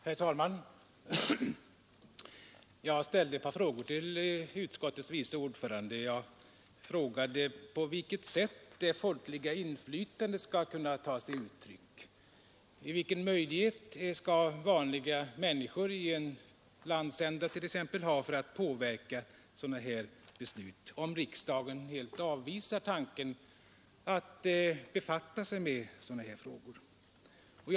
Herr talman! Jag ställde ett par frågor till utskottets vice ordförande. Jag frågade: På vilket sätt skall det folkliga inflytandet kunna ta sig uttryck, vilken möjlighet skall vanliga människor i en landsända t.ex. ha att påverka sådana här beslut, om riksdagen helt avvisar tanken att den skall befatta sig med ärenden av denna typ?